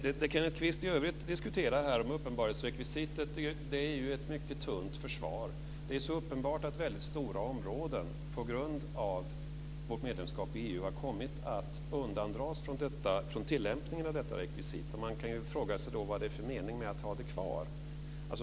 Det Kenneth Kvist i övrigt diskuterar om uppenbarhetsrekvisitet är ett mycket tunt försvar. Det är uppenbart att väldigt stora områden på grund av vårt medlemskap i EU har kommit att undandras från tillämpningen av detta rekvisit. Man kan fråga sig var det då är för mening med att ha det kvar.